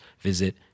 visit